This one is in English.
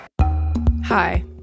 Hi